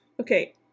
Okay